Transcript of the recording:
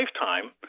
lifetime